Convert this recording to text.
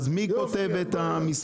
אז מי כותב את המסמך?